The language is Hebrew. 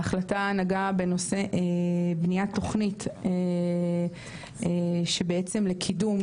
ההחלטה נגעה בנושא בניית תוכנית שבעצם לקידום